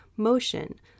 motion